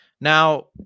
now